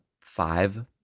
five